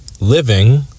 living